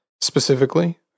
specifically